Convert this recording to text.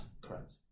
Correct